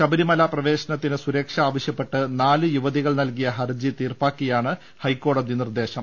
ശബരിമല പ്രവേശനത്തിന് സുരക്ഷ ആവശ്യപ്പെട്ട് നാല് യുവതികൾ നൽകിയ ഹർജി തീർപ്പാക്കിയാണ് ഹൈക്കോടതി നിർദേശം